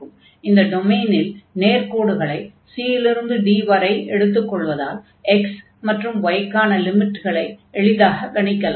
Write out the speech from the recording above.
இந்த டொமைனில் நேர்க்கோடுகளை c இலிருந்து d வரை எடுத்துக் கொள்வதால் x மற்றும் y க்கான லிமிட்களை எளிதாகக் கணிக்கலாம்